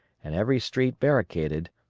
and every street barricaded,